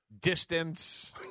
distance